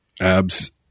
abs